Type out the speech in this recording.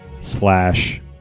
slash